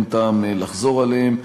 אין טעם לחזור עליהם.